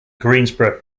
greensboro